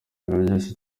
biroroshye